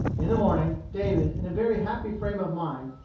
in the morning, david, in a very happy frame of mind,